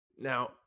Now